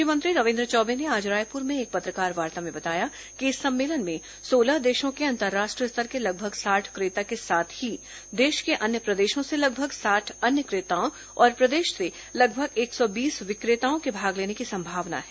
कृषि मंत्री रविन्द्र चौबे ने आज रायपुर में एक पत्रकारवार्ता में बताया कि इस सम्मेलन में सोलह देशों के अंतर्राष्ट्रीय स्तर के लगभग साठ क्रेता के साथ ही देश के अन्य प्रदेशों से लगभग साठ अन्य क्रेताओं और प्रदेश से लगभग एक सौ बीस विक्रेताओं के भाग लेने की संभावना है